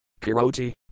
Kiroti